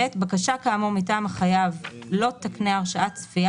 "(ב)בקשה כאמור מטעם החייב לא תקנה הרשאת צפייה